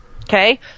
Okay